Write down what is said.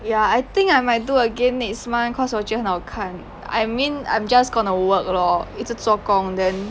ya I think I might do again next month cause 我觉得很好看 I mean I'm just gonna work lor 一直做工 then